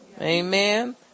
Amen